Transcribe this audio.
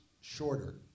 shorter